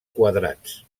quadrats